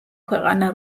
ქვეყანა